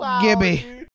Gibby